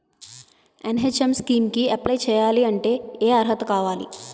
NHM scheme కి apply చేయాలి అంటే ఏ అర్హత కావాలి?